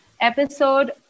episode